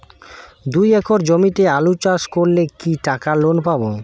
দুই একর জমিতে আলু চাষ করলে কি টাকা লোন পাবো?